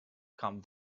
come